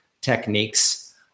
techniques